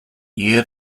year